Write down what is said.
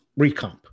recomp